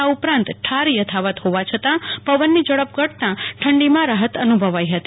આ ઉપરાંત થર યથાવત હોવા છતાં પવનની ઝડપ ઘટ ઠંડીમાં રાફત અનુભવાઈ ફતી